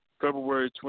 February